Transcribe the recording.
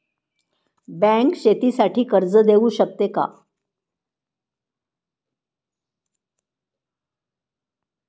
Bank शेतीसाठी कर्ज देऊ शकते का?